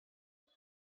wrth